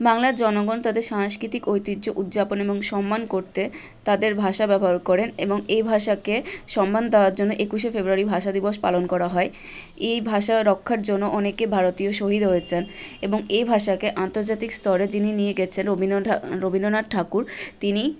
বাংলার জনগণ তাদের সাংস্কৃতিক ঐতিহ্য উদযাপন এবং সম্মান করতে তাদের ভাষা ব্যবহার করেন এবং এই ভাষাকে সম্মান দেওয়ার জন্য একুশে ফেব্রুয়ারি ভাষা দিবস পালন করা হয় এই ভাষা রক্ষার জন্য অনেক ভারতীয় শহিদ হয়েছেন এবং এ ভাষাকে আন্তর্জাতিক স্তরে যিনি নিয়ে গিয়েছেন রবীন্দ্রনাথ ঠাকুর তিনি